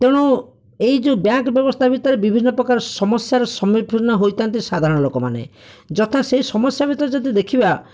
ତେଣୁ ଏଇ ଯେଉଁ ବ୍ୟାଙ୍କ ବ୍ୟବସ୍ଥା ଭିତରେ ବିଭିନ୍ନ ପ୍ରକାର ସମସ୍ୟାର ସମ୍ମୁଖିନ ହୋଇଥାନ୍ତି ସାଧାରଣ ଲୋକମାନେ ଯଥା ସେ ସମସ୍ୟା ବିଷୟରେ ଯଦି ଦେଖିବା